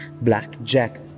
Blackjack